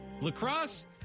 lacrosse